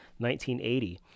1980